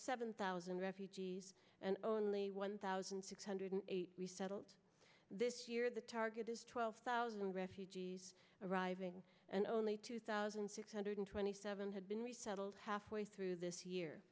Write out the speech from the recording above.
seven thousand refugees and only one thousand six hundred eight resettled this year the target is twelve thousand refugees arrive and only two thousand six hundred twenty seven have been resettled halfway through this year